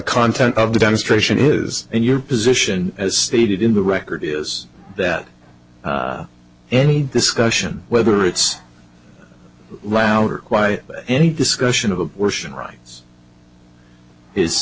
content of the demonstration is and your position as stated in the record is that any discussion whether it's loud or quiet any discussion of abortion rights is